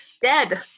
Dead